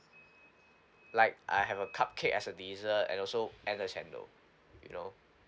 like I have a cupcake as a dessert and also and the chendol you know